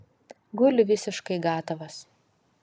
guli visiškai gatavas